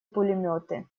пулеметы